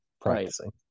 practicing